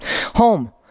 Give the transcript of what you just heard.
home